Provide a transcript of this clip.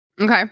Okay